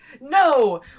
no